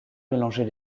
mélanger